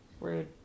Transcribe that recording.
Rude